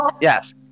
Yes